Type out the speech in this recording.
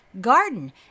garden